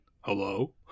hello